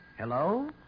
Hello